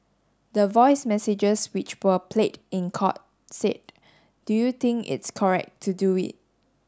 the voice messages which were played in court said do you think its correct to do it